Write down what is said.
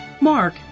Mark